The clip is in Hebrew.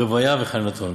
רוויה וחנתון.